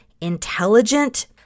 intelligent